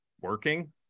working